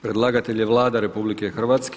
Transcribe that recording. Predlagatelj je Vlada RH.